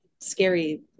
scary